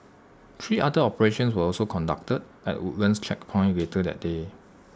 three other operations were also conducted at the Woodlands checkpoint later that day